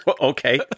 Okay